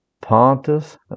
Pontus